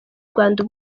rwanda